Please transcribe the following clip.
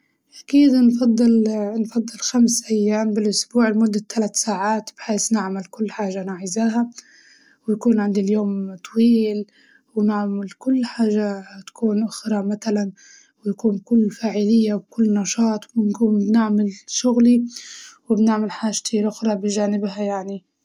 أكيد نفضل نفضل خمس أيام بالأسبوع لمدة ثلاث ساعات بحيس نعمل كل حاجة أنا عايزاها، ويكون عندي اليوم طويل ونعمل حاجة تكون أخرى متلاً ويكون كل فاعلية وكل نشاط ونكون نعمل شغلي وبنعمل حاجتي الأخرى بجانبها يعني.